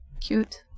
Cute